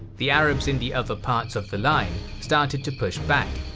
the arabs in the other parts of the line started to push back.